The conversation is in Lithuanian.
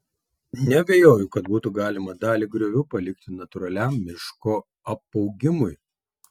neabejoju kad būtų galima dalį griovių palikti natūraliam miško apaugimui